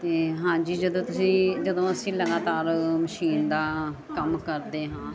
ਅਤੇ ਹਾਂਜੀ ਜਦੋਂ ਤੁਸੀਂ ਜਦੋਂ ਅਸੀਂ ਲਗਾਤਾਰ ਮਸ਼ੀਨ ਦਾ ਕੰਮ ਕਰਦੇ ਹਾਂ